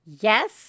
yes